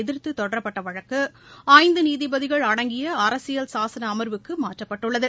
எதிர்த்து தொடரப்பட்ட வழக்கு ஐந்து நீதிபதிகள் அடங்கிய அரசியல் சாசன அமர்வுக்கு மாற்றப்பட்டுள்ளது